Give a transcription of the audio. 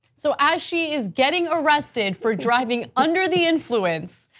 so as she is getting arrested for driving under the influence,